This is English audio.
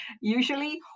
usually